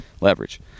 leverage